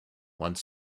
one